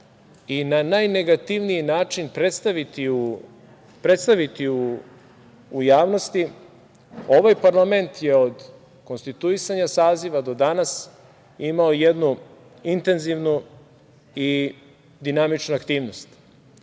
i najnegativniji način predstaviti u javnosti ovaj parlament je od konstituisanja saziva do danas imao jednu intenzivnu i dinamičnu aktivnost.